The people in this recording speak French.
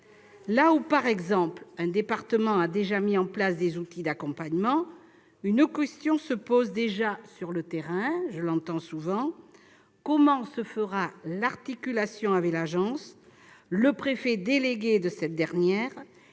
Là où, par exemple, un département a déjà mis en place des outils d'accompagnement, une question se pose sur le terrain, et je l'entends souvent : comment se fera l'articulation avec l'agence, le préfet délégué de cette dernière